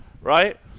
right